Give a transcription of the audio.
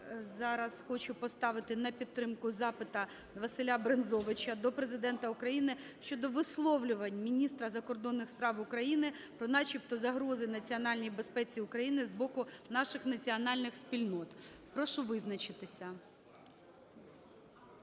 зараз хочу поставити на підтримку запита. Василя Брензовича до Президента України щодо висловлювань міністра закордонних справ України про начебто загрози національній безпеці України з боку наших національних спільнот. Прошу визначитися.